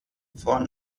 von